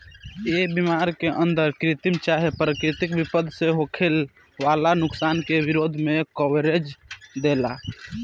ए बीमा के अंदर कृत्रिम चाहे प्राकृतिक विपद से होखे वाला नुकसान के विरोध में कवरेज देला